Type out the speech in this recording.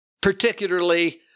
particularly